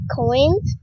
coins